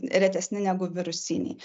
retesni negu virusiniai